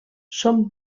són